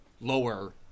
lower